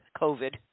COVID